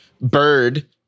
Bird